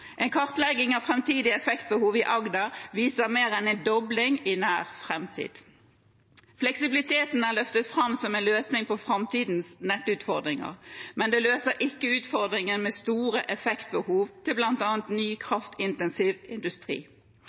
En kartlegging av framtidig effektbehov i Agder viser mer enn en dobling i nær framtid. Fleksibilitet er løftet fram som en løsning på framtidens nettutfordringer, men det løser ikke utfordringene med store effektbehov til bl.a. ny kraftintensiv industri.